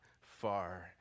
far